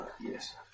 Yes